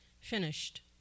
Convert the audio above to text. finished